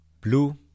blue